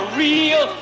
real